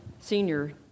senior